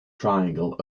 triangle